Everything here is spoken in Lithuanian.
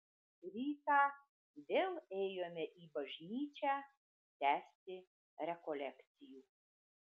rytą vėl ėjome į bažnyčią tęsti rekolekcijų